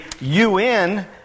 UN